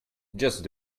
just